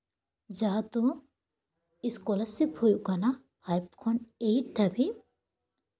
ᱡᱟᱦᱟᱸ ᱫᱚ ᱥᱠᱚᱞᱟᱨᱥᱤᱯ ᱦᱩᱭᱩᱜ ᱠᱟᱱᱟ ᱯᱷᱟᱭᱤᱵᱽ ᱠᱷᱚᱱ ᱮᱭᱤᱴ ᱫᱷᱟᱹᱵᱤᱡ